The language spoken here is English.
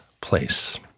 place